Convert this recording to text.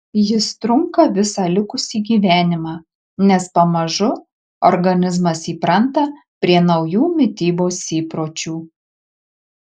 jis trunka visą likusį gyvenimą nes pamažu organizmas įpranta prie naujų mitybos įpročių